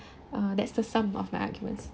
uh that's the sum of my arguments